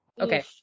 Okay